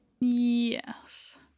Yes